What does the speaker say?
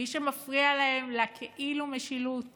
מי שמפריע להם לכאילו-משילות